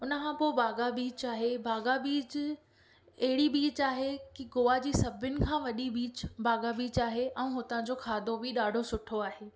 उनखां पोइ बाघा बीच आहे बाघा बीच अहिड़ी बीच आहे कि गोवा जी सभिनी खां वॾी बीच बाघा बीच आहे ऐं हुतां जो खाधो बि ॾाढो सुठो आहे